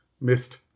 missed